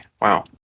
Wow